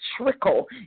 trickle